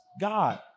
God